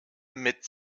mit